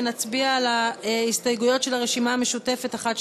ונצביע על ההסתייגויות של הרשימה המשותפת 1,